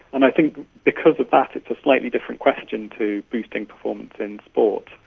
and i think because of that it's a slightly different question to boosting performance in sport.